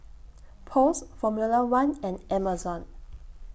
Post Formula one and Amazon